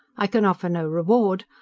i can offer no reward.